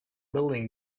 building